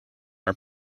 are